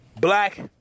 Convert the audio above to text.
black